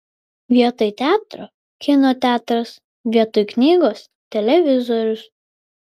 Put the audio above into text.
vietoj teatro kino teatras vietoj knygos televizorius